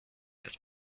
has